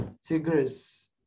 cigarettes